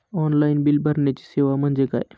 Online bill भरण्याची सेवा म्हणजे काय?